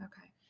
Okay